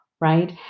right